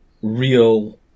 Real